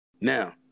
Now